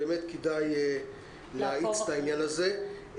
באמת כדאי להאיץ את העניין הזה.